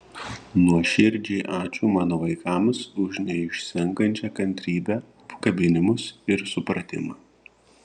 nuoširdžiai ačiū mano vaikams už neišsenkančią kantrybę apkabinimus ir supratimą